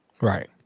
Right